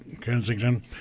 Kensington